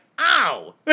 Ow